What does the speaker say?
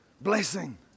blessing